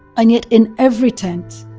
and yet in every tent,